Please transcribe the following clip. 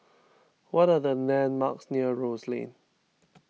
what are the landmarks near Rose Lane